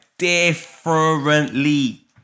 differently